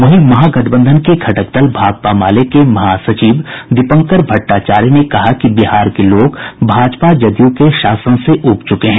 वहीं महागठबंधन के घटक दल भाकपा माले के महासचिव दीपंकर भट्टाचार्य ने कहा कि बिहार के लोग भाजपा जदयू के शासन से अब ऊब चुके हैं